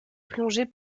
plonger